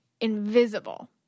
invisible